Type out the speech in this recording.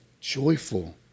joyful